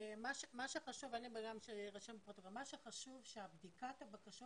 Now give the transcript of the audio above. מה שחשוב שבדיקת הבקשות